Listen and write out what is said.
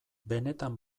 benetan